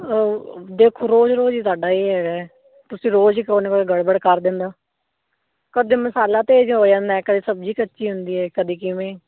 ਦੇਖੋ ਰੋਜ਼ ਰੋਜ਼ ਹੀ ਸਾਡਾ ਇਹ ਹੈਗਾ ਤੁਸੀਂ ਰੋਜ਼ ਹੀ ਕੋਈ ਨਾ ਕੋਈ ਗੜਬੜ ਕਰ ਦਿੰਦੇ ਹੋ ਕਦੇ ਮਸਾਲਾ ਤੇਜ਼ ਹੋ ਜਾਂਦਾ ਕਦੇ ਸਬਜ਼ੀ ਕੱਚੀ ਹੁੰਦੀ ਹੈ ਕਦੀ ਕਿਵੇਂ